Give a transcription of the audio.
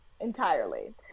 Entirely